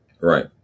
Right